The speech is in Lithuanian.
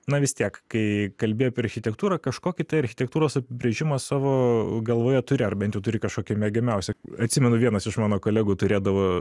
na vis tiek kai kalbi apie architektūrą kažkokį tai architektūros apibrėžimą savo galvoje turi ar bent jau turi kažkokį mėgiamiausią atsimenu vienas iš mano kolegų turėdavo